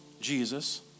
Jesus